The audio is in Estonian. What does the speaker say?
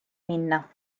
minna